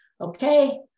okay